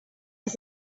ist